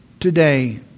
Today